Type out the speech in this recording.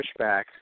pushback